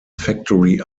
factory